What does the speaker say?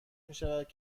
میشود